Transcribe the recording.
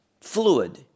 fluid